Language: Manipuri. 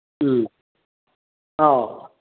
ꯎꯝ ꯑꯧ